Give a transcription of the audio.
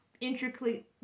intricately